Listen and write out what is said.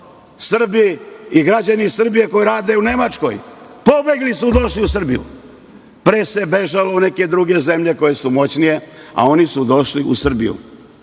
Srbi i građani Srbije koji rade u Nemačkoj, pobegli su i došli u Srbiju. Pre se bežalo u neke druge zemlje koje su moćnije, a oni su došli u Srbiju. Ja